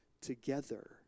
together